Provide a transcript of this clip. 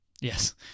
Yes